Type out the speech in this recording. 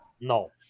No